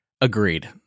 Agreed